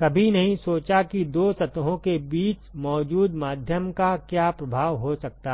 कभी नहीं सोचा कि 2 सतहों के बीच मौजूद माध्यम का क्या प्रभाव हो सकता है